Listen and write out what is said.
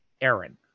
Aaron